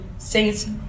saints